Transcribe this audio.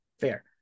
Fair